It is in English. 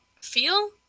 feel